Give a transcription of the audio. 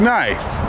nice